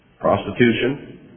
Prostitution